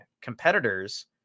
competitors